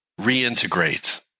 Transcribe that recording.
reintegrate